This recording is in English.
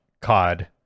Cod